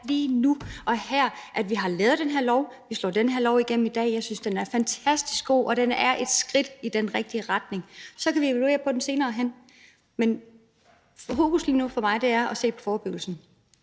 lige nu og her, nemlig at vi har lavet den her lov, og at vi får den her lov igennem i dag. Jeg synes, den er fantastisk god, og den er et skridt i den rigtige retning. Så kan vi evaluere på den senere hen, men fokus lige nu for mig er at se på forebyggelsen